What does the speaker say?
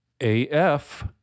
AF